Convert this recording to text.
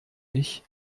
ich